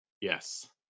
yes